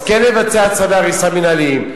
אז כן לבצע צווי הריסה מינהליים,